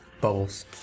Bubbles